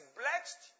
blessed